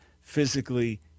physically